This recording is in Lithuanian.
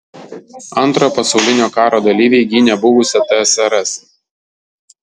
antrojo pasaulinio karo dalyviai gynė buvusią tsrs